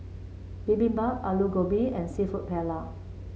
Bibimbap Alu Gobi and seafood Paella